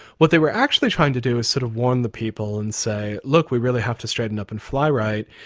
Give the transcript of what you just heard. what they were actually trying to do is sort of warn the people and say, look, we really have to straighten up and fly right,